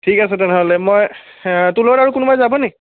ঠিক আছে তেনেহ'লে মই তোৰ লগত আৰু কোনোবা যাব নি